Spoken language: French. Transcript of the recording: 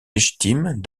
légitime